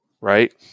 right